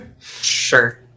Sure